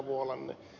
vuolanne